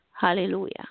Hallelujah